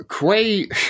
Quay